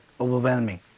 overwhelming